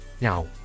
now